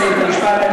למה את תוקפת אותי?